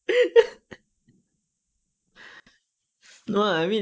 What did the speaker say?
no lah I mean